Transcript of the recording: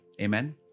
Amen